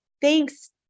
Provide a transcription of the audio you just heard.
Thanks